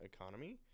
economy